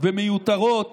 ומיותרות